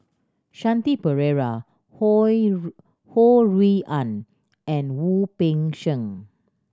Shanti Pereira Ho Ho Rui An and Wu Peng Seng